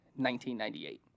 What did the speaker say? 1998